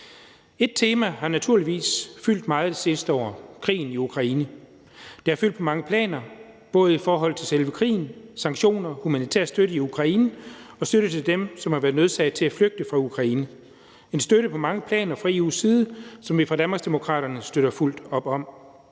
Ét tema har naturligvis fyldt meget det seneste år: krigen i Ukraine. Det har fyldt på mange planer, både i forhold til selve krigen, sanktioner, humanitær støtte i Ukraine og støtte til dem, som har været nødsaget til at flygte fra Ukraine. Det er en støtte på mange planer fra EU's side, som vi fra Danmarksdemokraterne støtter fuldt op om.